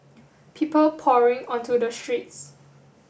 people pouring onto the streets